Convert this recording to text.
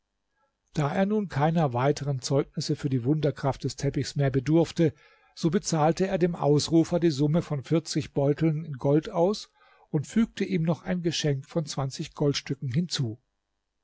da er nun keiner weitern zeugnisse für die wunderkraft des teppichs mehr bedurfte so bezahlte er dem ausrufer die summe von vierzig beuteln in gold aus und fügte ihm noch ein geschenk von zwanzig goldstücken hinzu